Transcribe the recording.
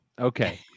Okay